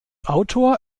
autor